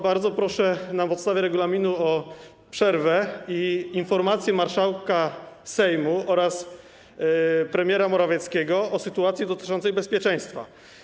Bardzo proszę na podstawie regulaminu o przerwę i informację marszałka Sejmu oraz premiera Morawieckiego o sytuacji dotyczącej bezpieczeństwa.